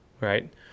right